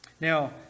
Now